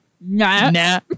Nah